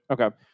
Okay